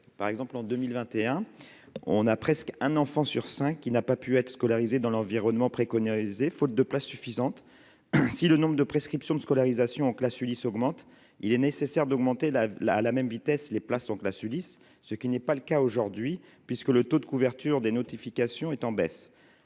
par exemple en 2021, on a presque un enfant sur 5 qui n'a pas pu être scolarisés dans l'environnement, faute de places suffisantes ainsi le nombre de prescriptions de scolarisation en classe Ulis augmente, il est nécessaire d'augmenter la la, à la même vitesse, les places en classe Ulis ce qui n'est pas le cas aujourd'hui, puisque le taux de couverture des notifications est en baisse,